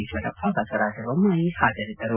ಈಶ್ವರಪ್ಪ ಬಸವರಾಜ ಬೊಮ್ನಾಯಿ ಹಾಜರಿದ್ದರು